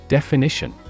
Definition